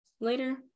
later